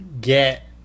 get